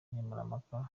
nkemurampaka